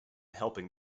helping